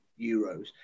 Euros